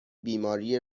بیماری